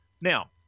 Now